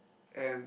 and